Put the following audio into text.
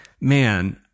Man